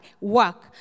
work